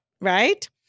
Right